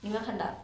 你没有看到